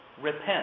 Repent